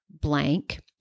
blank